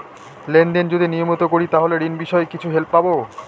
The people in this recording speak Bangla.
লেন দেন যদি নিয়মিত করি তাহলে ঋণ বিষয়ে কিছু হেল্প পাবো?